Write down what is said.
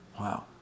Wow